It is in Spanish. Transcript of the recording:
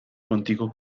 contigo